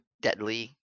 deadly